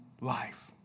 life